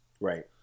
Right